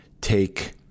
take